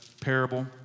parable